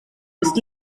ist